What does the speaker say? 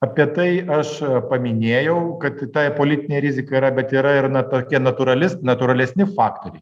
apie tai aš paminėjau kad tai politinė rizika yra bet yra ir ne tokia natūrali natūralesni faktoriai